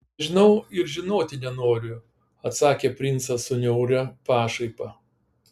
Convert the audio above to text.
nežinau ir žinoti nenoriu atsakė princas su niauria pašaipa